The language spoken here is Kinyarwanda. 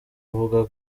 uvuga